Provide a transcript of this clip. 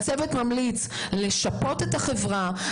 הצוות ממליץ לשפות את החברה,